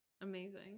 amazing